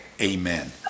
Amen